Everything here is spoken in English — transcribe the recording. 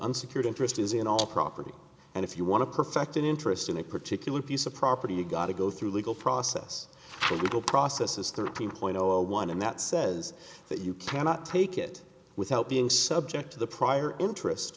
unsecured interest is in all property and if you want to perfect an interest in a particular piece of property you got to go through legal process a little process is thirteen point zero one and that says that you cannot take it without being subject to the prior interest